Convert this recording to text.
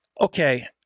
okay